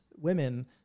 women